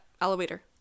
Elevator